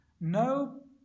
no